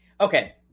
Okay